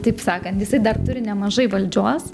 taip sakant jisai dar turi nemažai valdžios